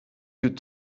good